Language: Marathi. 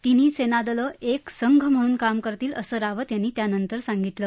तिन्ही सेनादलं एक संघ म्हणून काम करतील असं रावत यांनी त्यानंतर सांगितलं